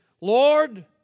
Lord